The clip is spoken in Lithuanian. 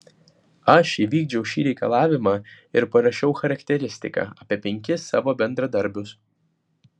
aš įvykdžiau šį reikalavimą ir parašiau charakteristiką apie penkis savo bendradarbius